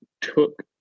took